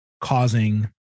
causing